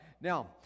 Now